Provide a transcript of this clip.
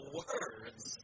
words